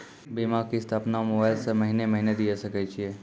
बीमा किस्त अपनो मोबाइल से महीने महीने दिए सकय छियै?